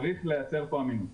צריך לייצר כאן אמינות.